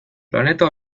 planeta